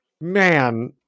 man